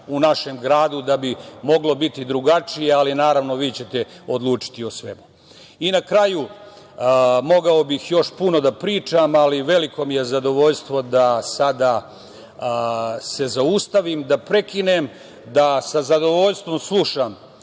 u našem gradu da bi moglo biti drugačije, ali naravno vi ćete odlučiti o svemu. Na kraju, mogao bih još puno da pričam ali veliko mi je zadovoljstvo da sada se zaustavim, da prekinem, da sa zadovoljstvom slušam